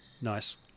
nice